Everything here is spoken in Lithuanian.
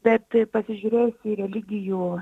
bet pasižiūrėjus į religijų